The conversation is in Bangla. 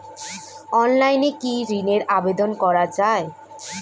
অনলাইনে কি ঋণের আবেদন করা যায়?